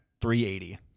380